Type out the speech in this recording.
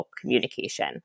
communication